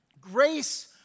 grace